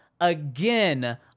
again